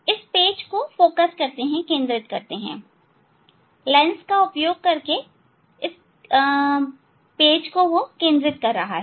इस पेज को केंद्रित करते हैं लेंस का उपयोग करके इसे केंद्रित कर रहे हैं